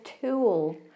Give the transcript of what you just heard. tool